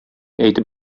әйтеп